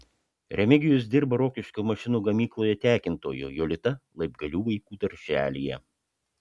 remigijus dirba rokiškio mašinų gamykloje tekintoju jolita laibgalių vaikų darželyje